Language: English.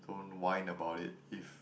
don't whine about it if